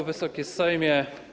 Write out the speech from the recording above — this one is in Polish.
Wysoki Sejmie!